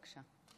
בבקשה.